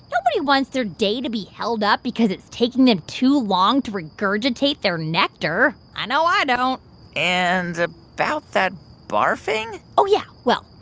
nobody wants their day to be held up because it's taking them too long to regurgitate their nectar. i know i don't and ah about that barfing? oh, yeah. well,